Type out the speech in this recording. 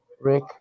Rick